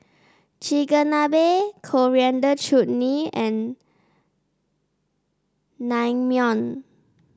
Chigenabe Coriander Chutney and Naengmyeon